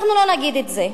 אנחנו לא נגיד את זה.